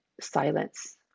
silence